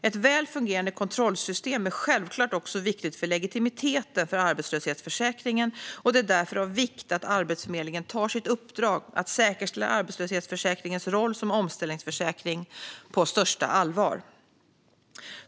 Ett väl fungerande kontrollsystem är självklart också viktigt för legitimiteten för arbetslöshetsförsäkringen, och det är därför av vikt att Arbetsförmedlingen tar sitt uppdrag, att säkerställa arbetslöshetsförsäkringens roll som omställningsförsäkring, på största allvar.